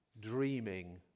dreaming